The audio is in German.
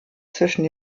zwischen